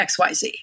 XYZ